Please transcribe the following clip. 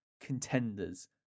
contenders